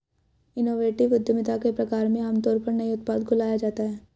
innovative उद्यमिता के प्रकार में आमतौर पर नए उत्पाद को लाया जाता है